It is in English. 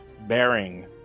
bearing